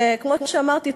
כמו שאמרתי,